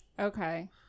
Okay